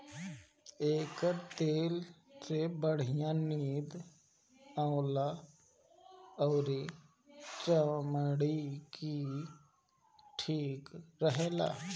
एकर तेल से बढ़िया नींद आवेला अउरी चमड़ी भी ठीक रहेला